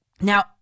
Now